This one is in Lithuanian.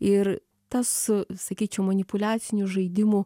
ir tas sakyčiau manipuliacinių žaidimų